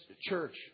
church